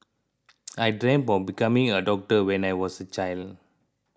I dreamt of becoming a doctor when I was a child